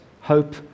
hope